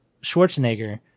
Schwarzenegger